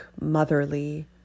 motherly